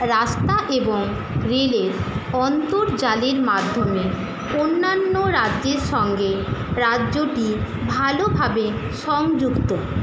রাস্তা এবং রেলের অন্তর্জালের মাধ্যমে অন্যান্য রাজ্যের সঙ্গে রাজ্যটি ভালোভাবে সংযুক্ত